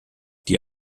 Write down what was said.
die